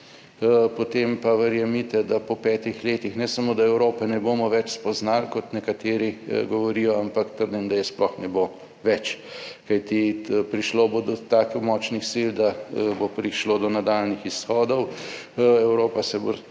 potem pa verjemite, da po petih letih, ne samo, da Evrope ne bomo več spoznali, kot nekateri govorijo, ampak trdim, da je sploh ne bo več. Kajti prišlo bo do tako močnih sil, da bo prišlo do nadaljnjih izhodov. Evropa se bo